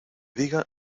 diga